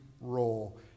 role